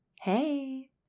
Hey